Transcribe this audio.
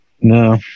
No